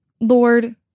Lord